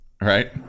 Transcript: right